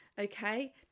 Okay